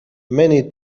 many